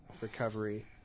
Recovery